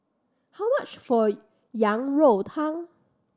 how much for Yang Rou Tang